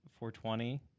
420